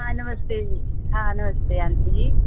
हां नमस्ते जी हां नमस्ते आंटी जी